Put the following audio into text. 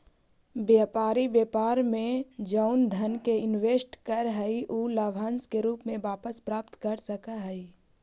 व्यापारी व्यापार में जउन धन के इनवेस्ट करऽ हई उ लाभांश के रूप में वापस प्राप्त कर सकऽ हई